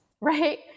right